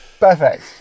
perfect